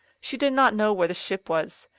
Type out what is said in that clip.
she did not know where the ship was.